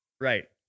Right